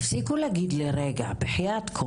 תפסיקו להגיד לי רגע בחייאת,